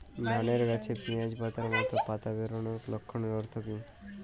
ধানের গাছে পিয়াজ পাতার মতো পাতা বেরোনোর লক্ষণের অর্থ কী?